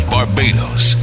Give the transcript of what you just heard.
Barbados